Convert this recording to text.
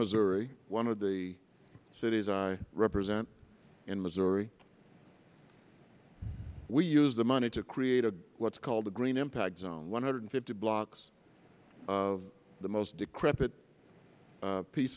missouri one of the cities i represent in missouri we used the money to create what is called the green impact zone one hundred and fifty blocks of the most decrepit piece